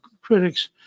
critics